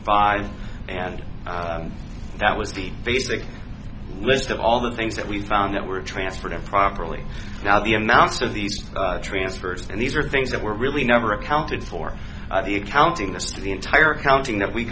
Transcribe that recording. five and that was the basic list of all the things that we've found that were transferred improperly now the amounts of these transfers and these are things that were really never accounted for the accounting this to the entire accounting that we